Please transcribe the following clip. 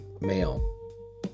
male